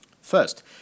First